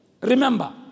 remember